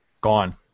gone